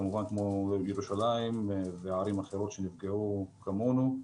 כמו בירושלים ובערים אחרות שנפגעו כמונו.